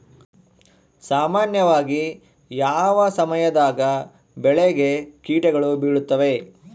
ಸಾಮಾನ್ಯವಾಗಿ ಯಾವ ಸಮಯದಾಗ ಬೆಳೆಗೆ ಕೇಟಗಳು ಬೇಳುತ್ತವೆ?